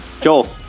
Joel